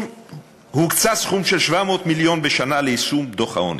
הוקצה סכום של 700 מיליון בשנה ליישום הדוח.